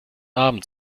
abend